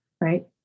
right